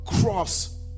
cross